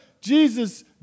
Jesus